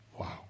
Wow